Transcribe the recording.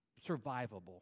survivable